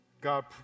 God